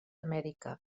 amèrica